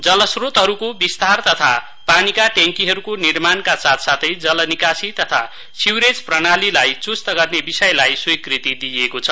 जल स्रोतहरूको विस्तार तथा पानीका ट्याङ्कीहरूको निर्माणका साथसाथै जलनिकासी तथा स्युरेज प्रणालीलाई चुस्त गर्ने विषयलाई स्वीकृति दिइएको छ